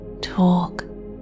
talk